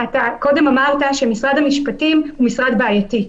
אתה קודם אמרת שמשרד המשפטים הוא משרד בעייתי.